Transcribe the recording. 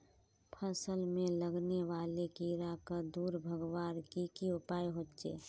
फसल में लगने वाले कीड़ा क दूर भगवार की की उपाय होचे?